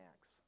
Acts